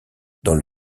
dans